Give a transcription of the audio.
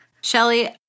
Shelly